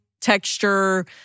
texture